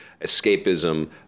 escapism